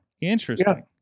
Interesting